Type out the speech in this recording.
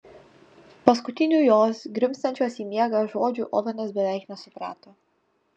paskutinių jos grimztančios į miegą žodžių ovenas beveik nesuprato